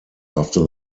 after